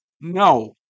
No